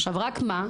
עכשיו רק מה,